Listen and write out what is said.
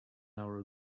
hour